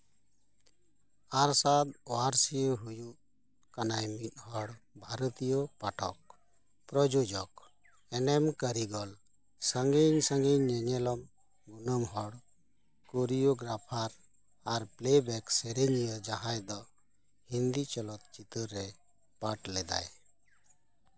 ᱟᱨ ᱥᱟᱛ ᱳᱟᱨᱥᱤ ᱦᱩᱭᱩᱜ ᱠᱟᱱᱟᱭ ᱢᱤᱫᱦᱚᱲ ᱵᱷᱟᱨᱚᱛᱤᱭᱚ ᱯᱟᱴᱷᱚᱠ ᱯᱨᱳᱡᱳᱡᱚᱠ ᱮᱱᱮᱢ ᱠᱟᱹᱨᱤᱜᱚᱞ ᱥᱟᱹᱜᱤᱧ ᱥᱟᱹᱜᱤᱧ ᱧᱮᱱᱮᱞᱚᱢ ᱩᱱᱟᱹᱝ ᱦᱚᱲ ᱠᱨᱚᱭᱳᱜᱨᱟᱯᱷᱟᱨ ᱟᱨ ᱯᱞᱮᱵᱮᱠ ᱥᱮᱨᱮᱧᱤᱭᱟᱹ ᱡᱟᱦᱟᱸᱭ ᱫᱚ ᱦᱤᱱᱫᱤ ᱪᱚᱞᱚᱛ ᱪᱤᱛᱟᱹᱨ ᱨᱮ ᱯᱟᱴᱷ ᱞᱮᱫᱟᱭ